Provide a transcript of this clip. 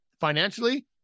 financially